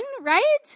right